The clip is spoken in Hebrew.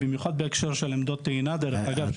במיוחד בהקשר של עמדות טעינה דרך אגב.